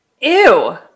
Ew